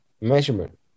measurement